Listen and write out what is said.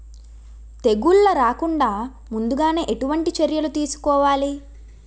తెగుళ్ల రాకుండ ముందుగానే ఎటువంటి చర్యలు తీసుకోవాలి?